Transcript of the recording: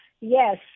Yes